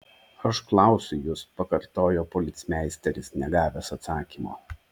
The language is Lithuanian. aš klausiu jus pakartojo policmeisteris negavęs atsakymo